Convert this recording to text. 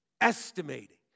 estimating